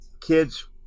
kids